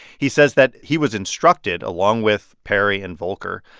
he says that he was instructed, along with perry and volker,